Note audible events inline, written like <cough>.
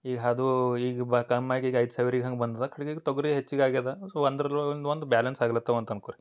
ಈಗ ಅದೂ ಈಗ ಬಾ ಕಮ್ಯಾಗಿ ಈಗ ಐದು ಸಾವಿರ ಈಗ ಹಂಗೆ ಬಂದಿದೆ <unintelligible> ತೊಗರಿ ಹೆಚ್ಚಿಗೆ ಆಗಿದೆ ಸೊ ಒಂದ್ರಲ್ಲಿ <unintelligible> ಒಂದು ಬ್ಯಾಲೆನ್ಸ್ ಆಗ್ಲತ್ತಿವ್ ಅಂತ ಅನ್ಕೊಳಿ